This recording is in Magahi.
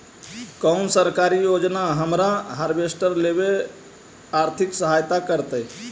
कोन सरकारी योजना हमरा हार्वेस्टर लेवे आर्थिक सहायता करतै?